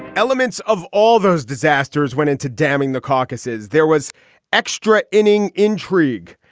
elements of all those disasters went into damming the caucuses. there was extra inning intrigue.